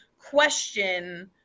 question